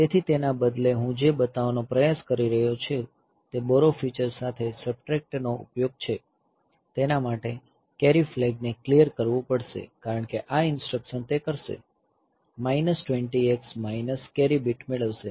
તેથી તેના બદલે હું જે બતાવવાનો પ્રયાસ કરી રહ્યો છું તે બોરો ફીચર્સ સાથે સબટ્રેક્ટ નો ઉપયોગ છે તેના માટે કેરી ફ્લેગ ને ક્લિયર કરવું પડશે કારણકે આ ઇન્સટ્રકશન તે કરશે minus 20 X minus carry bit મેળવશે